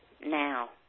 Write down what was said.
now